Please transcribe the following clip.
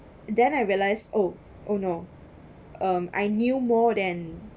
then I realised oh oh no um I knew more than